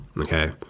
Okay